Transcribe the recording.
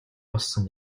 болсон